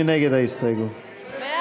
מי